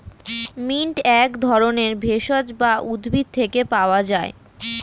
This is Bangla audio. মিন্ট এক ধরনের ভেষজ যা উদ্ভিদ থেকে পাওয় যায়